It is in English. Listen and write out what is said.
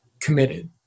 committed